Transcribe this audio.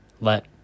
Let